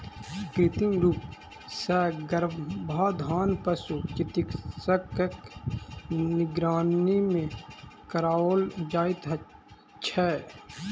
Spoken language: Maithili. कृत्रिम रूप सॅ गर्भाधान पशु चिकित्सकक निगरानी मे कराओल जाइत छै